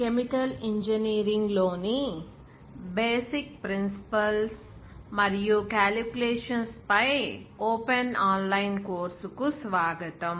chemical ఇంజనీరింగ్లో ని basic principles మరియు క్యాలిక్యులేషన్స్ పై ఓపెన్ ఆన్లైన్ కోర్సుకు స్వాగతం